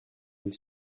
une